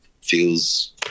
feels